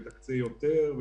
תקצה יותר,